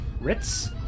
Ritz